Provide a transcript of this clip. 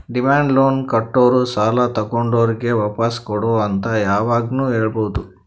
demand loan ಕೊಟ್ಟೋರು ಸಾಲ ತಗೊಂಡೋರಿಗ್ ವಾಪಾಸ್ ಕೊಡು ಅಂತ್ ಯಾವಾಗ್ನು ಕೇಳ್ಬಹುದ್